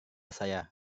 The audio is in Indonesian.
saya